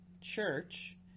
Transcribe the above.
church